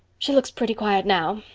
she looks pretty quiet now.